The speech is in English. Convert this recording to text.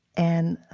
and